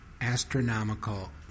astronomical